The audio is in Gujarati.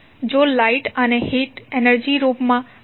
જો લાઇટ અને હીટ એનર્જીના રૂપમાં 2